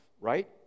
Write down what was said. right